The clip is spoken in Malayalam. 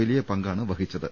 വലിയ പങ്കാണ് വഹിച്ചത്